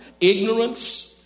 ignorance